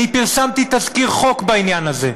פרסמתי תזכיר חוק בעניין הזה.